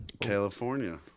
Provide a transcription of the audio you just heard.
California